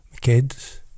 kids